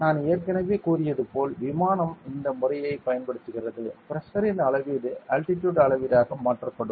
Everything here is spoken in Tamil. நான் ஏற்கனவே கூறியது போல் விமானம் இந்த முறையைப் பயன்படுத்துகிறது பிரஷர் இன் அளவீடு அல்டிடியூட் அளவீடாக மாற்றப்படும்